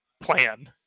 plan